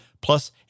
plus